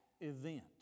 event